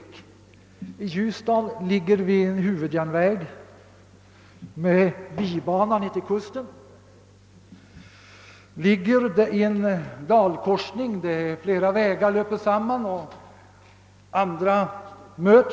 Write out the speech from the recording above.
Genom Ljusdal går en huvudjärnväg med en bibana ned till kusten. Samhället ligger i en dalkorsning där flera vägar löper tillsammans och där andra möts.